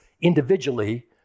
individually